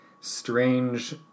strange